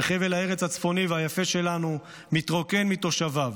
וחבל הארץ הצפוני והיפה שלנו מתרוקן מתושביו.